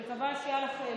אני מקווה שהיה לך מעניין